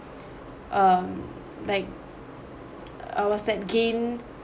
um like what's that gain